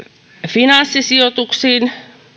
finanssisijoituksiin